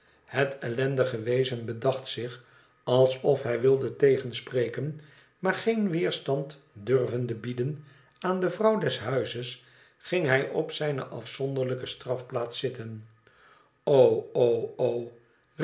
het ellendige wezen bedacht zich alsof hij wilde tegenspreken maar geen weerstand durvende bieden aan de vrouw des huizes ging hij op zijne afzonderlijke strafplaats zitten